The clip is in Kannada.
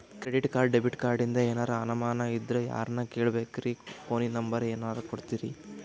ಕ್ರೆಡಿಟ್ ಕಾರ್ಡ, ಡೆಬಿಟ ಕಾರ್ಡಿಂದ ಏನರ ಅನಮಾನ ಇದ್ರ ಯಾರನ್ ಕೇಳಬೇಕ್ರೀ, ಫೋನಿನ ನಂಬರ ಏನರ ಕೊಡ್ತೀರಿ?